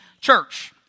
church